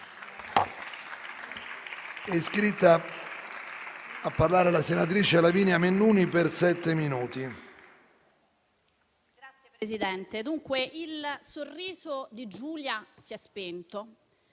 il sorriso di Giulia si è spento.